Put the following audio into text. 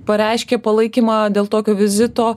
pareiškė palaikymą dėl tokio vizito